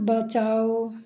बचाओ